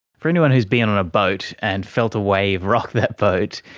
for anyone who has been on a boat and felt a wave rock that boat,